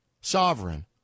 sovereign